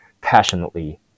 passionately